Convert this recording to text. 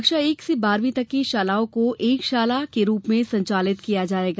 कक्षा एक से बारहवी तक की शालाओं को एक शाला के रूप में संचालित किया जाएगा